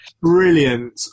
brilliant